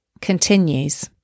continues